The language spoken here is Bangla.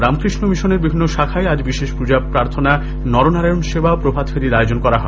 রামকৃষ্ণ মিশনের বিভিন্ন শাখায় আজ বিশেষ প্রজা প্রার্থনা নরনারায়ণ সেবা ও প্রভাতফেরী আয়োজন করা হয়েছে